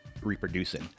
reproducing